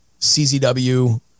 CZW